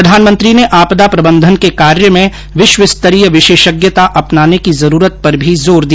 प्रधानमंत्री ने आपदा प्रबंधन के कार्य में विश्वस्तरीय विशेषज्ञता अपनाने की जरूरत पर भी जोर दिया